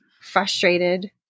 frustrated